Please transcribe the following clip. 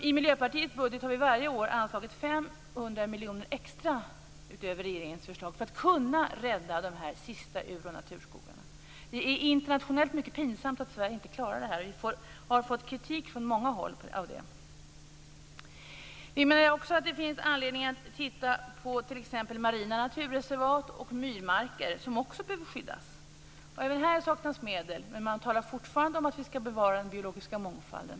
I Miljöpartiets budget har vi varje år anslagit 500 miljoner extra utöver regeringens förslag för att kunna rädda de sista ur och naturskogarna. Det är internationellt mycket pinsamt att Sverige inte klarar det. Vi har fått kritik från många håll mot det. Det finns också anledning att titta på t.ex. marina naturreservat och myrmarker, som också behöver skyddas. Även här saknas medel. Man talar fortfarande om att vi skall bevara den biologiska mångfalden.